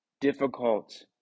difficult